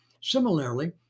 Similarly